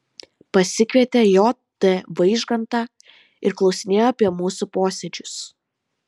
pasikvietė j t vaižgantą ir klausinėjo apie mūsų posėdžius